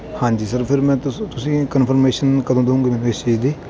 ਹਾਜੀ ਸਰ ਫਿਰ ਮੈਂ ਤੋ ਤੁਸੀਂ ਕੰਨਫ਼ਰਮੇਸਨ ਕਦੋਂ ਦਿਓਗੇ ਮੈਨੂੰ ਇਸ ਚੀਜ਼ ਦੀ